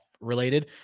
related